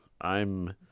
I'm